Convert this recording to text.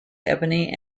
ebony